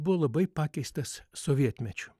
buvo labai pakeistas sovietmečiu